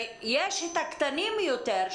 ויש את הקטנים יותר,